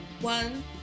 One